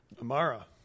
Amara